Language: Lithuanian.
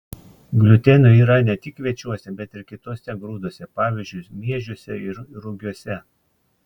gliuteno yra ne tik kviečiuose bet ir kituose grūduose pavyzdžiui miežiuose ir rugiuose